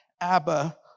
Abba